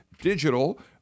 Digital